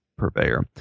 purveyor